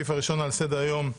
הסעיף הראשון שעל סדר היום: